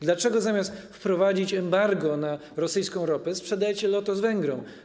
Dlaczego zamiast wprowadzić embargo na rosyjską ropę, sprzedajecie Lotos Węgrom?